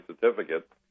certificate